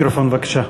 מיקרופון בבקשה.